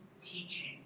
teaching